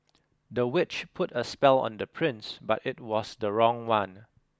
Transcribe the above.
the witch put a spell on the prince but it was the wrong one